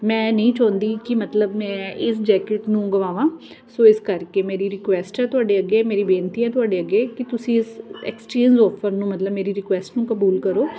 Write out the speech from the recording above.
ਮੈਂ ਨਹੀਂ ਚਾਹੁੰਦੀ ਕਿ ਮਤਲਬ ਮੈਂ ਇਸ ਜੈਕਟ ਨੂੰ ਗਵਾਵਾਂ ਸੋ ਇਸ ਕਰਕੇ ਮੇਰੀ ਰਿਕੁਐਸਟ ਹੈ ਤੁਹਾਡੇ ਅੱਗੇ ਮੇਰੀ ਬੇਨਤੀ ਹੈ ਤੁਹਾਡੇ ਅੱਗੇ ਕਿ ਤੁਸੀਂ ਇਸ ਐਕਸਚੇਂਜ ਔਫਰ ਨੂੰ ਮਤਲਬ ਮੇਰੀ ਰਿਕੁਐਸਟ ਨੂੰ ਕਬੂਲ ਕਰੋ